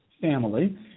family